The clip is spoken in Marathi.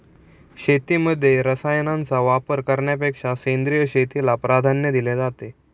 शेतीमध्ये रसायनांचा वापर करण्यापेक्षा सेंद्रिय शेतीला प्राधान्य दिले जाते